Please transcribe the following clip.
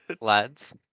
Lads